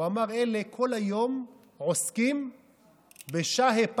הוא אמר: אלה כל היום עוסקים בשה"י פה"י.